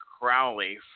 Crowley